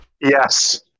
Yes